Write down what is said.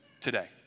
today